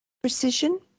precision